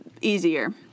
easier